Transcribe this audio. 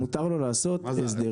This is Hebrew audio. מותר לו לעשות הסדרים.